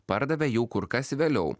pardavė jau kur kas vėliau